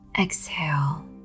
Exhale